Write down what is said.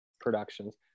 productions